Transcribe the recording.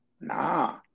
Nah